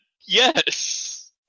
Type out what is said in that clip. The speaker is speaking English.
Yes